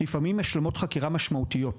לפעמים השלמות חקירה משמעותיות.